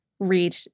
Read